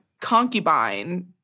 concubine